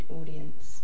audience